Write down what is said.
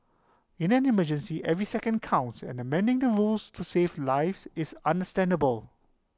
in an emergency every second counts and amending the rules to save lives is understandable